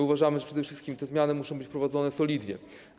Uważamy, że przede wszystkim te zmiany muszą być wprowadzone solidnie.